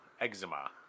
eczema